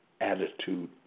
attitude